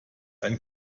ein